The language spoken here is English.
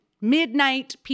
Midnight